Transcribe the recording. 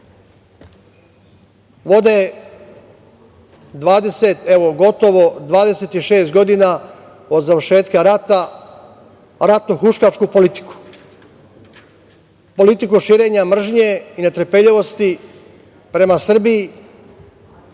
gotovo 26 godina od završetka rata ratno-huškačku politiku, politiku širenja mržnje i netrpeljivosti prema Srbiji,